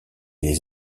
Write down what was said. les